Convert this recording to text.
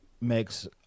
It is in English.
makes